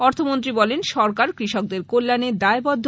অর্থমন্ত্রী বলেন সরকার কৃষকদের কল্যাণে দায়বদ্ধ